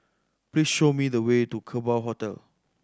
please show me the way to Kerbau Hotel